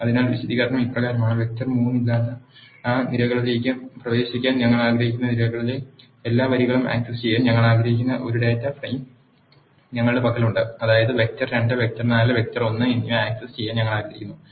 അതിനാൽ വിശദീകരണം ഇപ്രകാരമാണ് വെക്റ്റർ 3 ഇല്ലാത്ത ആ നിരകളിലേക്ക് പ്രവേശിക്കാൻ ഞങ്ങൾ ആഗ്രഹിക്കുന്ന നിരകളിലെ എല്ലാ വരികളും ആക് സസ് ചെയ്യാൻ ഞങ്ങൾ ആഗ്രഹിക്കുന്ന ഒരു ഡാറ്റ ഫ്രെയിം ഞങ്ങളുടെ പക്കലുണ്ട് അതായത് വെക്റ്റർ 2 വെക്റ്റർ 4 വെക്റ്റർ ഒന്ന് എന്നിവ ആക് സസ് ചെയ്യാൻ ഞങ്ങൾ ആഗ്രഹിക്കുന്നു